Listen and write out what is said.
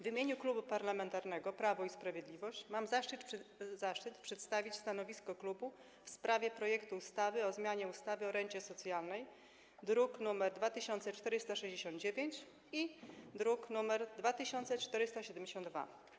W imieniu Klubu Parlamentarnego Prawo i Sprawiedliwość mam zaszczyt przedstawić stanowisko w sprawie projektu ustawy o zmianie ustawy o rencie socjalnej, druki nr 2469 i 2472.